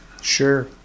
sure